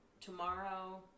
tomorrow